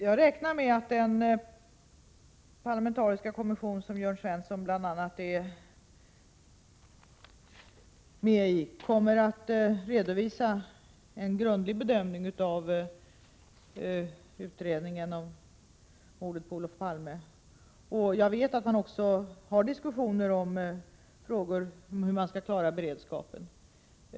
Jag räknar med att den parlamentariska kommission som bl.a. Jörn Svensson är med i kommer att redovisa en grundlig bedömning av utredningen om mordet på Olof Palme. Jag vet att det också förs diskussioner i frågor om hur man skall klara beredskapen.